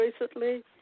recently